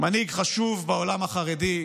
מנהיג חשוב בעולם החרדי,